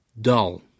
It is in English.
dull